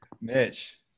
Mitch